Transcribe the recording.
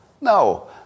No